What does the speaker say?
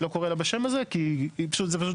לא קורא לה בשם הזה כי זה פשוט